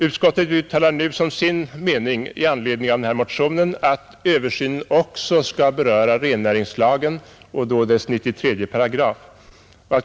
Utskottet uttalar nu som sin mening, i anledning av den här motionen, att översynen också skall beröra rennäringslagen och då dess 93 §.